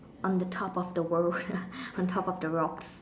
on the top of the world on top of the rocks